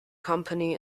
company